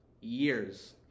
years